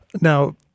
Now